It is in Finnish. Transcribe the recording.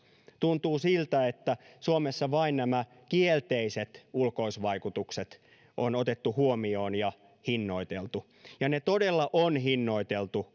tuntuu siltä että suomessa vain nämä kielteiset ulkoisvaikutukset on otettu huomioon ja hinnoiteltu ja ne todella on hinnoiteltu